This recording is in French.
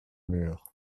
mur